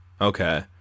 Okay